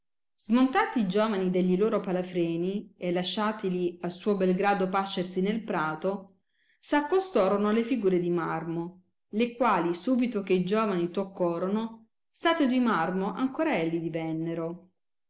smontati i giovani de gli loro palafreni e lasciatili a suo bel grado pascersi nel prato s accostorono alle figure di marmo le quali subito che i giovani toccorono statue di marmo ancora elli divennero